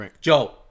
Joe